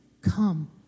come